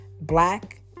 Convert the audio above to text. Black